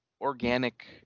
organic